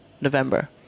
November